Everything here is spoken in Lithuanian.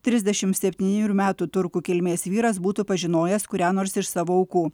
trisdešim septynerių metų turkų kilmės vyras būtų pažinojęs kurią nors iš savo aukų